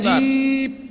deep